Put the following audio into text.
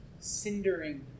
cindering